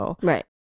Right